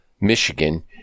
Michigan